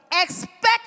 expect